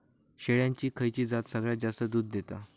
शेळ्यांची खयची जात सगळ्यात जास्त दूध देता?